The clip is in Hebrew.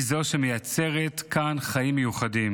היא זו שמייצרת כאן חיים מיוחדים.